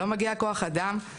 לא מגיע כוח אדם,